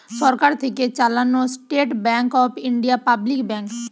সরকার থেকে চালানো state bank of India public bank